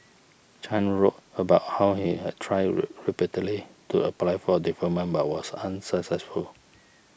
Chan wrote about how he had tried repeatedly to apply for deferment but was unsuccessful